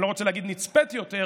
אני לא רוצה להגיד נצפית יותר,